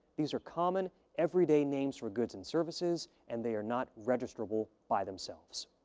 these are common everyday names for goods and services and they are not registrable by themselves.